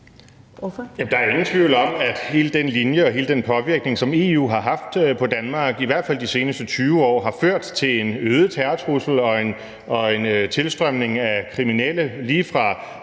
der er ingen tvivl om, at hele den linje og hele den påvirkning, som EU har haft på Danmark i hvert fald de seneste 20 år, har ført til en øget terrortrussel og en tilstrømning af kriminelle,